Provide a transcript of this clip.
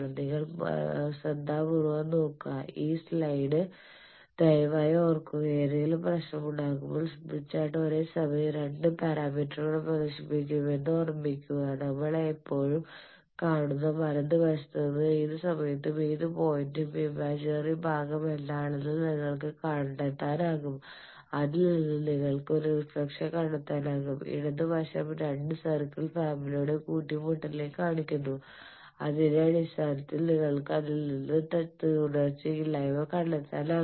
നിങ്ങൾ ശ്രദ്ധാപൂർവ്വം നോക്കുക ഈ സ്ലൈഡ് ദയവായി ഓർക്കുക എന്തെങ്കിലും പ്രശ്നമുണ്ടാകുമ്പോൾ സ്മിത്ത് ചാർട്ട് ഒരേസമയം രണ്ട് പാരാമീറ്ററുകൾ പ്രദർശിപ്പിക്കുമെന്ന് ഓർമ്മിക്കുക നമ്മൾ എപ്പോഴും കാണുന്ന വലത് വശത്ത് നിന്ന് ഏത് സമയത്തും ഏത് പോയിന്റിന്റെയും ഇമാജിനറി ഭാഗം എന്താണെന്ന് നിങ്ങൾക്ക് കണ്ടെത്താനാകും അതിൽ നിന്ന് നിങ്ങൾക്ക് ഒരു റിഫ്ലക്ഷൻ കോയെഫിഷ്യന്റ് കണ്ടെത്താനാകും ഇടത് വശം രണ്ട് സർക്കിൾ ഫാമിലിയുടെ കുട്ടിമുട്ടലിനെ കാണിക്കുന്നു അതിന്റെ അടിസ്ഥാനത്തിൽ നിങ്ങൾക്ക് അതിൽ നിന്ന് തുടർച്ചയില്ലായ്മ കണ്ടെത്താനാകും